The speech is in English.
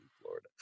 Florida